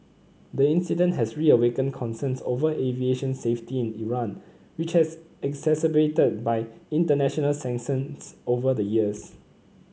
the incident has reawakened concerns over aviation safety in Iran which has exacerbated by international sanctions over the years